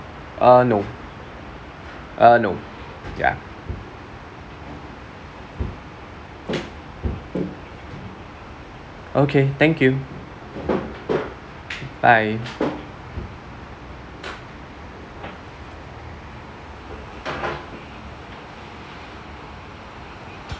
uh no uh no ya okay thank you bye